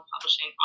publishing